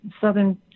southern